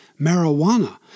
marijuana